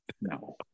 no